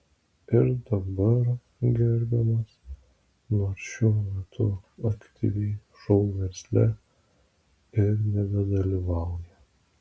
ir dabar gerbiamas nors šiuo metu aktyviai šou versle ir nebedalyvauja